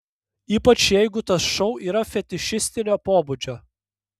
ypač jeigu tas šou yra fetišistinio pobūdžio